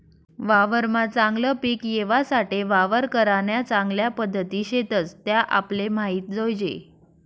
वावरमा चागलं पिक येवासाठे वावर करान्या चांगल्या पध्दती शेतस त्या आपले माहित जोयजे